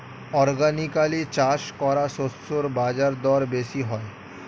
organically চাষ করা শস্যের বাজারদর বেশি হয়